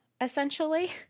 essentially